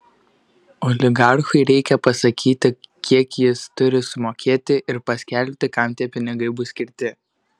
oligarchui reikia pasakyti kiek jis turi sumokėti ir paskelbti kam tie pinigai bus skirti